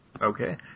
Okay